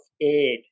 aid